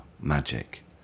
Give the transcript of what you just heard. magic